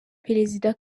perezida